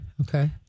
okay